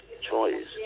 choice